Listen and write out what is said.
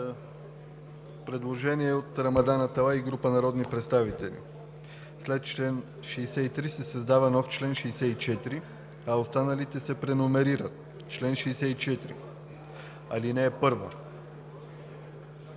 Предложение от Рамадан Аталай и група народни представители. След чл. 63 се създава нов. чл. 64, а останалите се преномерират. „Чл. 64 (1) Кабелните